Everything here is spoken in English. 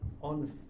on